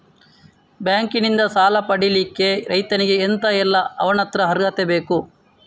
Bank ನಿಂದ ಸಾಲ ಪಡಿಲಿಕ್ಕೆ ರೈತನಿಗೆ ಎಂತ ಎಲ್ಲಾ ಅವನತ್ರ ಅರ್ಹತೆ ಬೇಕು?